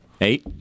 Eight